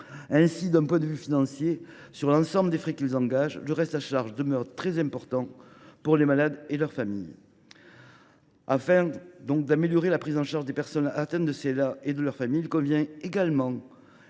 Ainsi, d’un point de vue financier, sur l’ensemble des frais qu’ils engagent, le reste à charge demeure très important pour les malades et leur famille. Afin d’améliorer la prise en charge des personnes atteintes de SLA comme de leur famille, il convient également